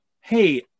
hey